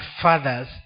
fathers